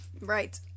Right